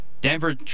Denver